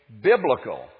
biblical